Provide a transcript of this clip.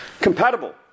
Compatible